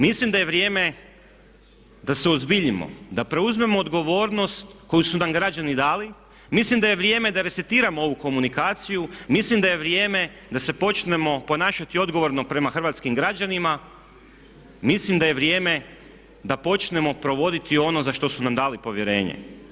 Mislim da je vrijeme da se uozbiljimo, da preuzmemo odgovornost koju su nam građani dali, mislim da je vrijeme da resetiramo ovu komunikaciju, mislim da je vrijeme da se počnemo ponašati odgovorno prema hrvatskim građanima, mislim da je vrijeme da počnemo provoditi ono za što su nam dali povjerenje.